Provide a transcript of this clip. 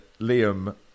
liam